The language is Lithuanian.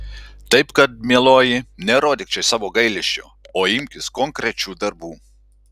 taip kad mieloji nerodyk čia savo gailesčio o imkis konkrečių darbų